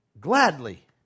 Gladly